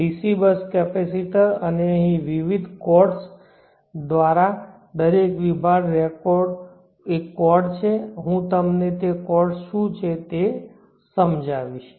DC bus capacitor અને અહીં વિવિધ કોર્ડ્સ દરેક વિભાગ એક કોર્ડ છે હું તમને તે કોર્ડ્સ શું છે તે સમજાવીશ